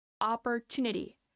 opportunity